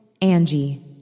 Angie